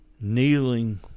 kneeling